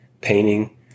painting